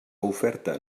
oferta